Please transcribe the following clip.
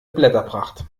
blätterpracht